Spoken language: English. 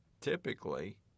typically